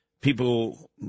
people